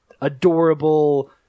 adorable